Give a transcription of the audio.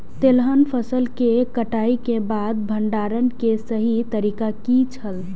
तेलहन फसल के कटाई के बाद भंडारण के सही तरीका की छल?